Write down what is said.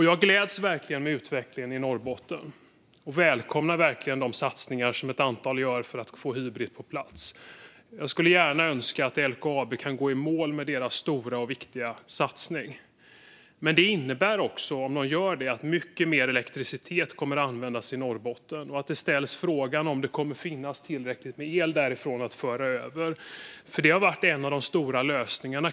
Jag gläds verkligen åt utvecklingen i Norrbotten. Jag välkomnar verkligen de satsningar som ett antal företag gör för att få Hybrit på plats. Jag skulle önska att LKAB kan gå i mål med sin stora och viktiga satsning. Om de gör det innebär det också att mycket mer elektricitet kommer att användas i Norrbotten. Frågan ställs om det kommer att finnas tillräckligt med el därifrån för att föra över. Det har varit en av de stora lösningarna.